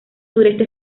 sureste